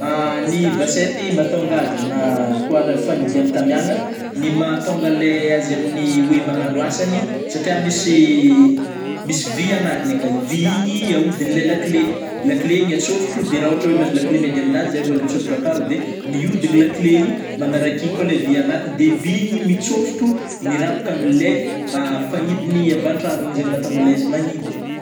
Ny vasety mahatônga azy na koa rah fanidiagna tamiagna ny mahatônga le azy aminy oe magnano asany satria misy - misy vy agnatiny akao, i vy igny ahodignle lakile lakile igny atsôfotro de raha ôhatra oe mahazo lakile miady aminazy zay vô mitsofotro akao de mihodigny lakile igny magnarak'igny koa le vy agnatiny de vy igny mitsôfotro mirapaka amle a fagnidiny avy antragno igny zegny mahatônga izy le manidy ai.